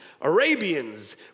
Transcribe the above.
Arabians